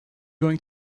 going